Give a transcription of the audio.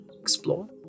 explore